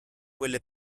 quelle